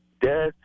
death